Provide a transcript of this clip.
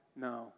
No